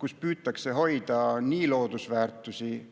kust püütakse hoida loodusväärtusi ja